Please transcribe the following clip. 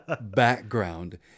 background